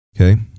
Okay